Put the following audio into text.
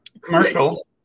Commercial